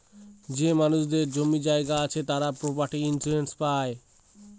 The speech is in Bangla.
যে মানুষদের জমি জায়গা আছে তারা প্রপার্টি ইন্সুরেন্স পাই